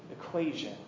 equation